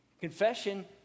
Confession